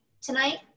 tonight